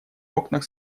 окнах